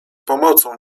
pomocą